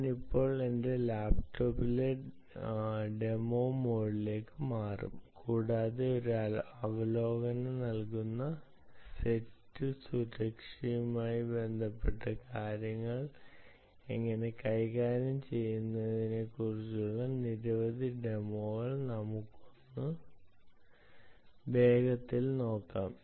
ഞാൻ ഇപ്പോൾ എന്റെ ലാപ്ടോപ്പിലെ ഡെമോ മോഡിലേക്ക് മാറും കൂടാതെ ഒരു അവലോകനം നൽകുന്ന സെറ്റ് സുരക്ഷയുമായി ബന്ധപ്പെട്ട കാര്യങ്ങൾ എങ്ങനെ കൈകാര്യം ചെയ്യാമെന്നതിനെക്കുറിച്ചുള്ള നിരവധി ഡെമോകൾ നമുക്കൊന്ന് വേഗത്തിൽ നോക്കാം